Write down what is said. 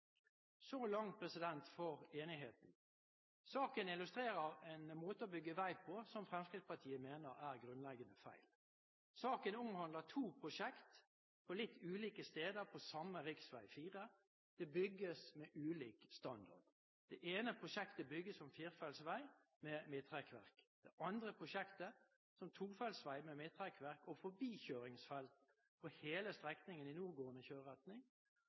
Så langt for enigheten. Saken illustrerer en måte å bygge vei på som Fremskrittspartiet mener er grunnleggende feil. Saken omhandler to prosjekt – på litt ulike steder på samme rv. 4. Det bygges med ulik standard. Det ene prosjektet bygges som firefelts vei med midtrekkverk, det andre prosjektet som tofeltsvei med midtrekkverk og forbikjøringsfelt på hele strekningen i nordgående kjøreretning